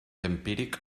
empíric